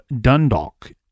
Dundalk